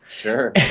Sure